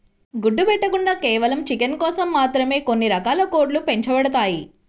గుడ్లు పెట్టకుండా కేవలం చికెన్ కోసం మాత్రమే కొన్ని రకాల కోడ్లు పెంచబడతాయి